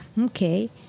okay